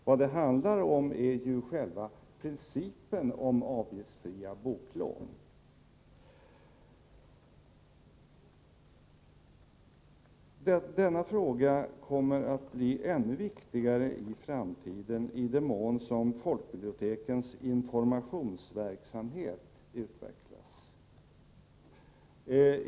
Vad det handlar om är ju själva principen om avgiftsfria boklån. Denna fråga kommer att bli ännu viktigare i framtiden i den mån som folkbibliotekens informationsverksamhet utvecklas.